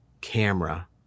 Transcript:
camera